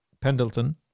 Pendleton